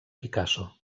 picasso